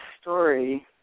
story